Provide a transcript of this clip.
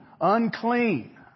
unclean